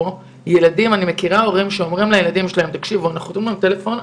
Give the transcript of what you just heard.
אני מכירה הורים שאומרים לילדים שלהם: אנחנו נותנים לכם טלפון,